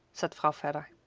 said vrouw vedder.